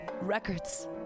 records